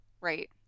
right